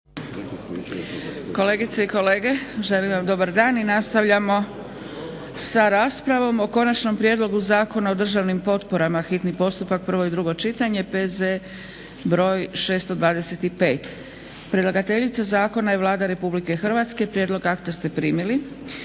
Kolegice i kolege, želim vam dobar dan i nastavljamo sa raspravom o - Konačni prijedlog zakona o državnim potporama, hitni postupak, prvo i drugo čitanje, PZ br. 625 Predlagateljica zakona je Vlada Republike Hrvatske. Prijedlog akta ste primili.